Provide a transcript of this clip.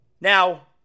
Now